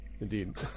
Indeed